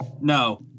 No